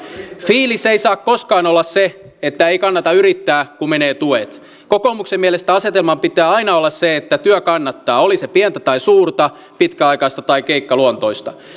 fiilis ei saa koskaan olla se että ei kannata yrittää kun menee tuet kokoomuksen mielestä asetelman pitää aina olla se että työ kannattaa oli se pientä tai suurta pitkäaikaista tai keikkaluontoista